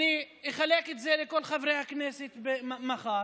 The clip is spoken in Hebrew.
אני אחלק את זה לכל חברי הכנסת מחר,